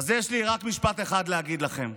אז יש לי רק משפט אחד להגיד לכם,